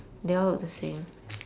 they all look the same